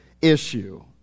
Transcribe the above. issue